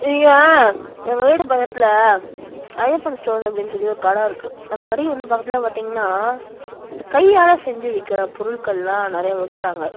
எங்கள் வீடு பக்கத்தில் ஐயப்பன் ஸ்டோர்ஸ் அப்படின்னு சொல்லி ஒரு கடை இருக்குது அந்த கடைக்கு வந்து பக்கத்தில் பார்த்திங்கனா இந்த கையால் செஞ்சு விற்கிற பொருட்கள்லாம் நிறையா விற்கிறாங்க